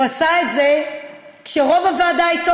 הוא עשה את זה כשרוב הוועדה אתו,